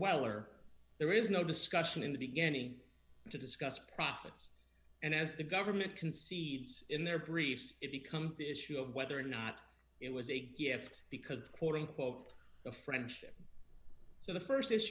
weller there is no discussion in the beginning to discuss profits and as the government concedes in their briefs it becomes the issue of whether or not it was a gift because the quote unquote a friendship so the